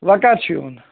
وۄنۍ کَر چھِ یُن